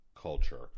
culture